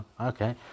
okay